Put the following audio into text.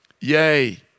Yay